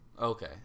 Okay